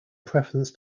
preference